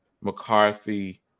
McCarthy